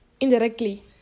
indirectly